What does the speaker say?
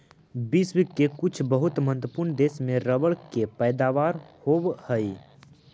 विश्व के कुछ बहुत महत्त्वपूर्ण देश में रबर के पैदावार होवऽ हइ